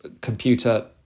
computer